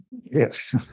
Yes